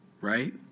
Right